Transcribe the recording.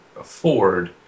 afford